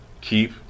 keep